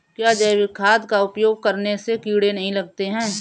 क्या जैविक खाद का उपयोग करने से कीड़े नहीं लगते हैं?